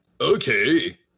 Okay